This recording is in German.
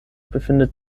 befindet